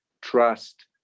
trust